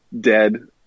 dead